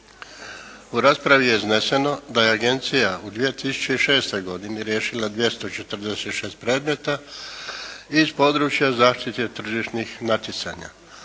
U raspravi je izneseno da je agencija u 2006. godini riješila 246 predmeta iz područja zaštite tržišnih natjecanja.